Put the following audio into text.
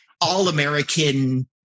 all-American